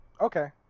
Okay